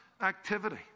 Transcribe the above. activity